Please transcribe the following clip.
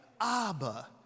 Abba